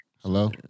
Hello